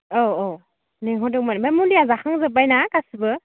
औ औ लिंहरदोंमोन ओमफ्राय मुलिया जाखांजोब्बाय ना गासैबो